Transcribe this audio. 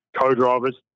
co-drivers